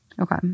Okay